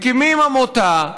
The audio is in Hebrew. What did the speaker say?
מקימים עמותה,